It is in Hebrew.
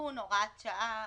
תיקון הוראת שעה.